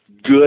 good